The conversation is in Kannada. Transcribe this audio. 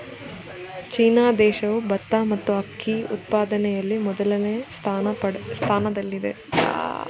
ಚೀನಾ ದೇಶವು ಭತ್ತ ಮತ್ತು ಅಕ್ಕಿ ಉತ್ಪಾದನೆಯಲ್ಲಿ ಮೊದಲನೇ ಸ್ಥಾನದಲ್ಲಿದೆ